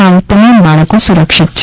હાલ તમામ બાળકો સુરક્ષિત છે